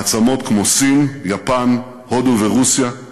מעצמות כמו סין, יפן, הודו ורוסיה,